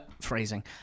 phrasing